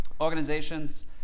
organizations